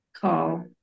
call